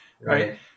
Right